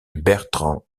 bertrand